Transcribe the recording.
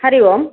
हरिः ओम्